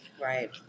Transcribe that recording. Right